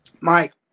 Mike